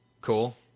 Cool